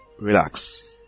Relax